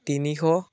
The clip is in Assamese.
তিনিশ